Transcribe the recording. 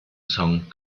song